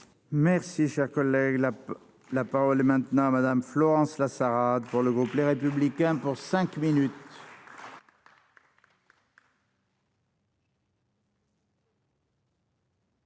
Merci, cher collègue, la paix, la parole est maintenant à Madame Florence Lasserre a, pour le groupe Les Républicains pour 5 minutes.